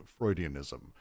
Freudianism